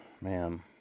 man